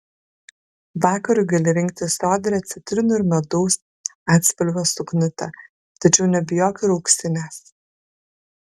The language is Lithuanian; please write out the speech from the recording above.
vakarui gali rinktis sodrią citrinų ar medaus atspalvio suknutę tačiau nebijok ir auksinės